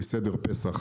סדר פסח,